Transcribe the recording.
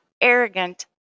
arrogant